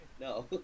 No